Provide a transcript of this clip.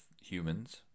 humans